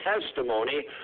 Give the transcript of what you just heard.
testimony